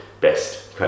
best